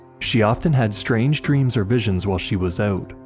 she often had strange dreams or visions while she was out,